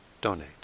donate